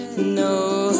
No